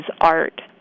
art